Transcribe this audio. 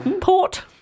Port